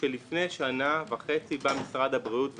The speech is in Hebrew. לפני שנה וחצי משרד הבריאות אמר: